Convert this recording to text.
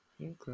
Okay